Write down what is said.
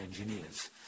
engineers